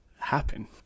happen